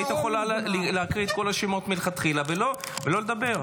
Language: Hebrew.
היית יכולה להקריא את כל השמות מלכתחילה ולא לדבר,